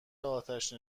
آتش